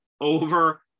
over